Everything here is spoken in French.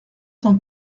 cent